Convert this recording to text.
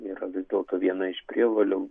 yra vis dėlto viena iš prievolių